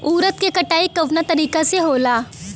उरद के कटाई कवना तरीका से होला?